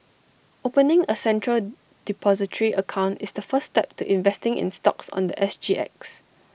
opening A central Depository account is the first step to investing in stocks on The S G X